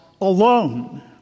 alone